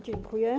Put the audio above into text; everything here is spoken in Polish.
Dziękuję.